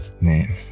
Man